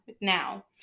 now